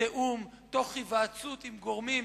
בתיאום, תוך התייעצות עם גורמים